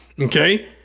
Okay